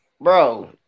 bro